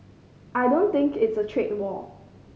I don't think it's a trade war